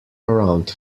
around